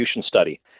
study